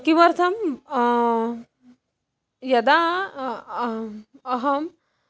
किमर्थं यदा अहं